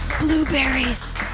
Blueberries